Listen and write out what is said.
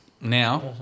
now